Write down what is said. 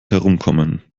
herumkommen